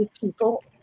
people